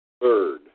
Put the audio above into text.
Third